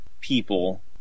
people